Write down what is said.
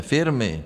Firmy.